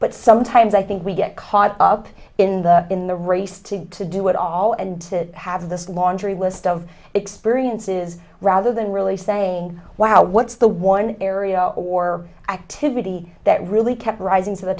but sometimes i think we get caught up in the in the race to to do it all and to have this laundry list of experiences rather than really saying wow what's the one area or activity that really kept rising to the